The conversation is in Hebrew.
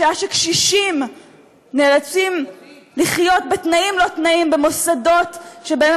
בשעה שקשישים נאלצים לחיות בתנאים-לא-תנאים במוסדות שבהם